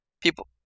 People